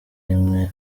rimwe